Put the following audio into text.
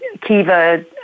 Kiva